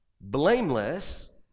blameless